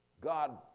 God